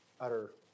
utter